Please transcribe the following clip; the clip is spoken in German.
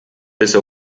bis